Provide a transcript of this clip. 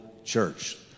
church